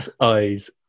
eyes